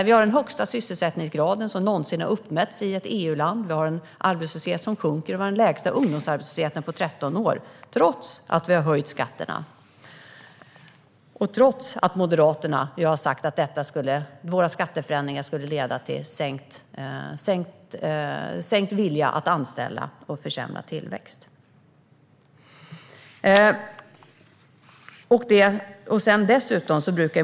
Vi har den högsta sysselsättningsgrad som någonsin har uppmätts i ett EU-land, vi har en arbetslöshet som sjunker och vi har den lägsta ungdomsarbetslösheten på 13 år, trots att vi har höjt skatterna och trots att Moderaterna har sagt att våra skatteförändringar skulle leda till sänkt vilja att anställa och till försämrad tillväxt.